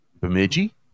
Bemidji